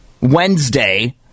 Wednesday